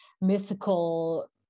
mythical